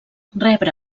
rebre